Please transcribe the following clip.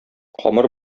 камыр